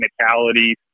technicality